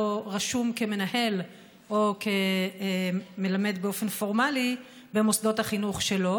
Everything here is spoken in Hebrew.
לא רשום כמנהל או כמלמד באופן פורמלי במוסדות החינוך שלו,